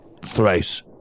thrice